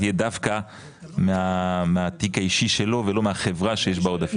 תהיה דווקא מהתיק האישי שלו ולא מהחברה שיש בה עודפים.